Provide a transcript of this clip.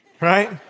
Right